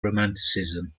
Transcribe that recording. romanticism